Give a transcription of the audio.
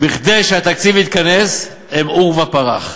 כדי שהתקציב יתכנס, הם עורבא פרח.